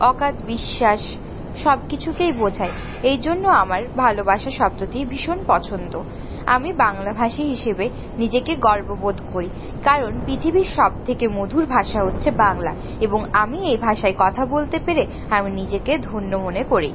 অগাধ বিশ্বাস সবকিছুকেই বোঝায় এই জন্য আমার ভালোবাসা শব্দটি ভীষণ পছন্দ আমি বাংলাভাষী হিসেবে নিজেকে গর্ব বোধ করি কারণ পৃথিবীর সবথেকে মধুর ভাষা হচ্ছে বাংলা এবং আমি এ ভাষায় কথা বলতে পেরে আমি নিজেকে ধন্য মনে করি